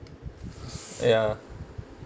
ya